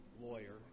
Lawyer